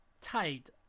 tight